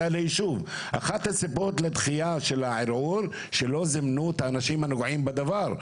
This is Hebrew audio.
אחת הסיבות לדחייה של הערעור היא שלא זימנו את האנשים הנוגעים בדבר,